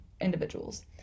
individuals